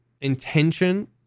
intention